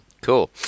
cool